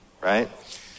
Right